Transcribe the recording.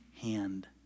hand